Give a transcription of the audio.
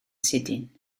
sydyn